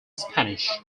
spanish